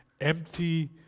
empty